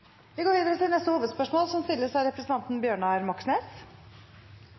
Vi går videre til neste hovedspørsmål.